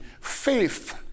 faith